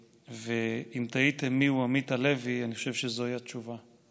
ואם תהיתם מיהו עמית הלוי, אני חושב שזוהי התשובה.